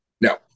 no